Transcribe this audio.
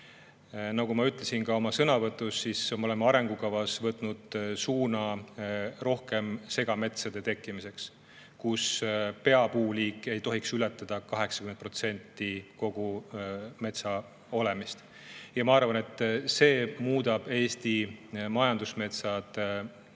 Nagu ma ütlesin oma sõnavõtus, me oleme arengukavas võtnud suuna rohkem selliste segametsade tekkimisele, kus peapuuliik ei tohiks ületada 80% konkreetse metsa olemist. Ma arvan, et see muudab Eesti majandusmetsad mõnevõrra